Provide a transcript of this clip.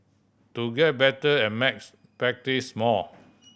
to get better at maths practise more